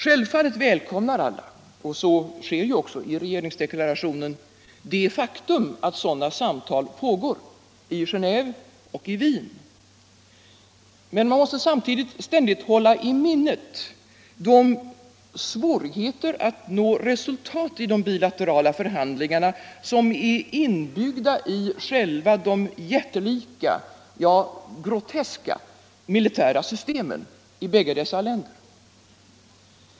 Självfallet välkomnar alla — och så sker också i regeringsdeklarationen — det faktum att sådana samtal pågår, i Geneve och i Wien, samtidigt som man ständigt måste hålla i minnet de i själva de jättelika, ja groteska militära systemen i bägge dessa länder inbyggda svårigheterna att nå resultat i de bilaterala förhandlingarna.